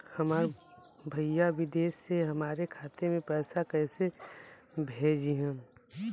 हमार भईया विदेश से हमारे खाता में पैसा कैसे भेजिह्न्न?